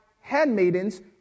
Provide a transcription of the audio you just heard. handmaidens